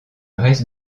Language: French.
reste